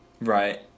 Right